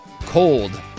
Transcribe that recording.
cold